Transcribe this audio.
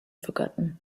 forgotten